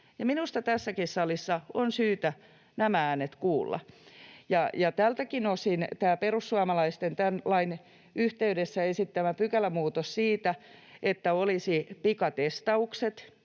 minusta tässäkin salissa on syytä nämä äänet kuulla. Tältäkin osin tämä perussuomalaisten tämän lain yhteydessä esittämä pykälämuutos siitä, että olisi pikatestaukset